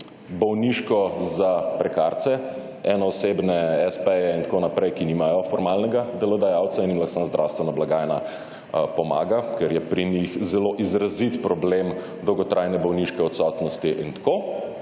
bolniško za prekarce, enoosebne, s.p.-je in tako naprej, ki nimajo formalnega delodajalca in jim samo zdravstvena blagajna pomaga, ker je pri njih zelo izrazit problem dolgotrajne bolniške odsotnosti in tako.